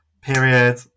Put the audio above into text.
Period